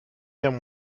guerre